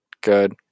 Good